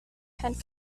had